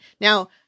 Now